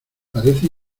parece